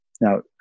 Now